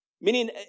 Meaning